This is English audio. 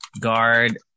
Guard